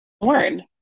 born